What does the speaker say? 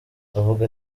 avuga